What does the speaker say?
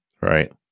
Right